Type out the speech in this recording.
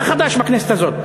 אתה חדש בכנסת הזאת.